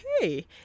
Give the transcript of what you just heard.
okay